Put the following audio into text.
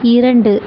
இரண்டு